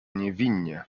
niewinnie